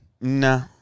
No